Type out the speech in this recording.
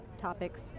topics